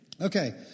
Okay